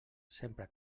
sempre